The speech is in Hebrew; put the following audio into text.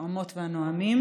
הנואמות והנואמים.